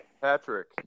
Patrick